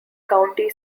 county